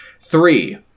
Three